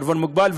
בעירבון מוגבל,